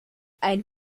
ein